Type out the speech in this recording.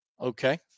Okay